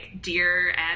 dear